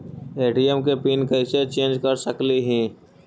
ATM के pin कैसे change कर सकली ही?